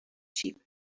sheep